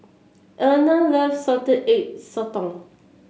Erna loves Salted Egg Sotong